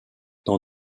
dans